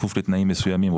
בכפוף לתנאים מסוימים,